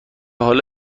حالا